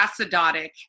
acidotic